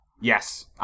Yes